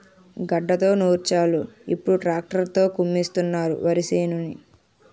గడ్డతో నూర్చోలు ఇప్పుడు ట్రాక్టర్ తో కుమ్మిస్తున్నారు వరిసేనుని